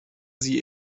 sie